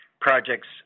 Projects